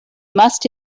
must